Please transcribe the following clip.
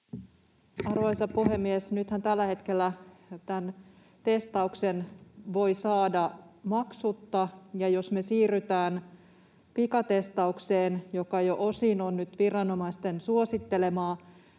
Arvoisa puhemies! Nythän tällä hetkellä testauksen voi saada maksutta, ja jos me siirrytään pikatestaukseen, joka jo osin on nyt viranomaisten suosittelemaa,